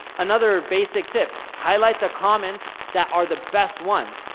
another basic tip, highlight the comments that are the best ones.